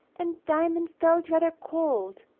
and diamond felt rather cold,